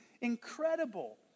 incredible